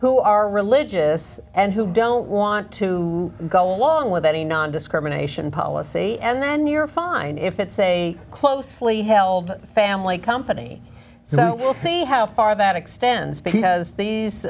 who are religious and who don't want to go along with any nondiscrimination policy and then you're fine if it's a closely held family company so we'll see how far that extends because these